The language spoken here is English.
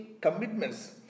commitments